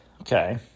Okay